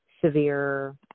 severe